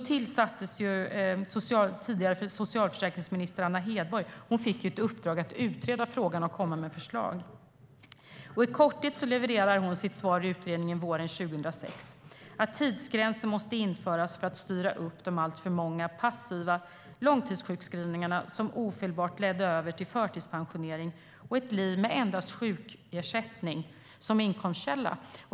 Tidigare socialförsäkringsminister Anna Hedborg fick ett uppdrag att utreda frågan och lägga fram förslag. I korthet levererade Anna Hedborg sitt svar i utredningen våren 2006, nämligen att tidsgränser måste införas för att styra upp de alltför många passiva långtidssjukskrivningarna som ofelbart ledde över till förtidspension och ett liv med endast sjukersättning som inkomstkälla.